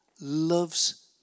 loves